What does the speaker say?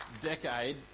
decade